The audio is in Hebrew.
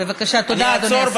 בבקשה, תודה, אדוני השר.